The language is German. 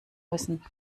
müssen